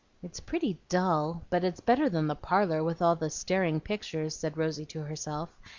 it's pretty dull, but it's better than the parlor with all the staring pictures, said rosy to herself,